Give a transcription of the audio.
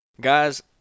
guys